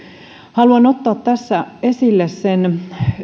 haluan ottaa esille sen